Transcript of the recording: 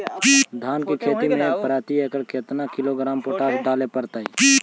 धान की खेती में प्रति एकड़ केतना किलोग्राम पोटास डाले पड़तई?